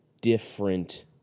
different